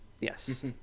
Yes